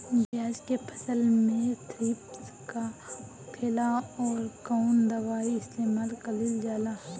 प्याज के फसल में थ्रिप्स का होखेला और कउन दवाई इस्तेमाल कईल जाला?